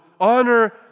honor